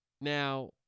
Now